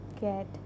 get